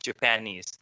Japanese